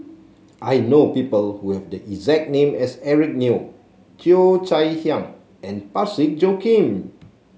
I know people who have the exact name as Eric Neo Cheo Chai Hiang and Parsick Joaquim